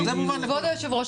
כבוד היושב-ראש,